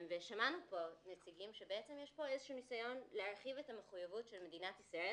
שמענו פה נציגים שאומרים שיש פה איזשהו ניסיון של מדינת ישראל